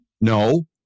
No